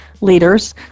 leaders